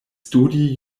studi